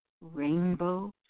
Rainbow